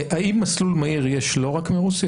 האם מסלול מהיר יש לא רק ברוסיה,